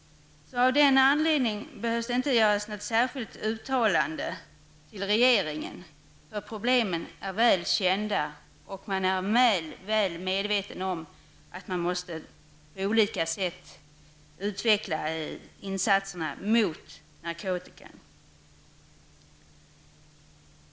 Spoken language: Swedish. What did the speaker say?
Av den anledningen behövs det inte något särskilt uttalande till regeringen. Problemen är ju väl kända, och man är väl medveten om att man på olika sätt måste utveckla insatserna mot narkotikan.